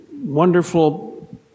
wonderful